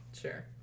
Sure